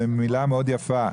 זו מילה מאוד יפה,